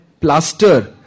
plaster